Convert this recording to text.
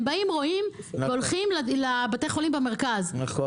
הם הולכים לבתי החולים במרכז ותורמים